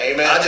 Amen